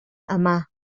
yma